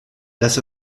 dass